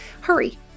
Hurry